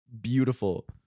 beautiful